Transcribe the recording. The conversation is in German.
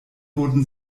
wurden